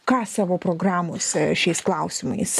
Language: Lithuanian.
ką savo programose šiais klausimais